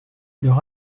leur